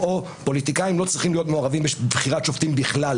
פוליטיקאים לא צריכים להיות מעורבים בבחירת שופטים בכלל,